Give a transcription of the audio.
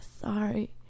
sorry